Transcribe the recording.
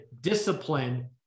discipline